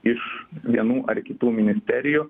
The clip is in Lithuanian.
iš vienų ar kitų ministerijų